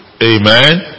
Amen